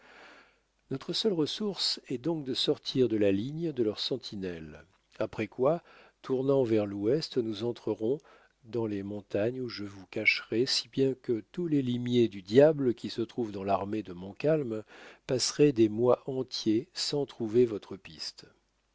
notre seule ressource est donc de sortir de la ligne de leurs sentinelles après quoi tournant vers l'ouest nous entrerons dans les montagnes où je vous cacherai si bien que tous les limiers du diable qui se trouvent dans l'armée de montcalm passeraient des mois entiers sans trouver votre piste